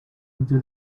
into